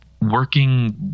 working